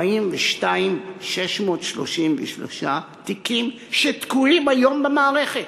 ל-442,633 תיקים שתקועים היום במערכת.